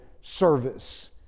service